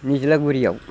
निज्लागुरिआव